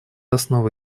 основа